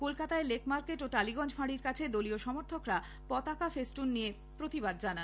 কলকাতায় Lake Market ও টালিগঞ্জ ফাঁড়ির কাছে দলীয় সমর্থকরা পতাকা ফেস্টুন নিয়ে প্রতিবাদ জানান